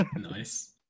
Nice